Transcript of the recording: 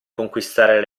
conquistare